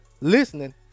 listening